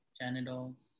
genitals